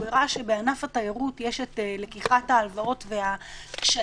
הוא הראה שבענף התיירות יש את לקיחת ההלוואות וקשיים